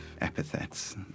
epithets